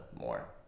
more